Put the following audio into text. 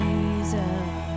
Jesus